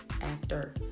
actor